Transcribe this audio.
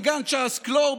בגן צ'ארלס קלור,